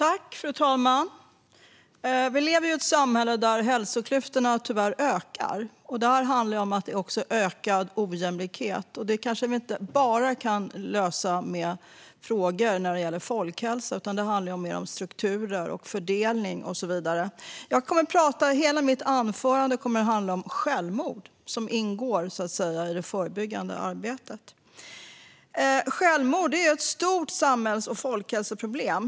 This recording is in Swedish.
Fru talman! Vi lever i ett samhälle där hälsoklyftorna tyvärr ökar. Det handlar också om ökad ojämlikhet. Detta kan nog inte lösas med bara folkhälsa, för det handlar om strukturer, fördelning och så vidare. Hela mitt anförande kommer att handla om arbetet mot självmord eftersom det ingår i det förebyggande folkhälsoarbetet. Självmord är ett stort samhälls och folkhälsoproblem.